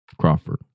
Crawford